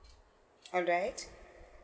all right